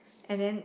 and then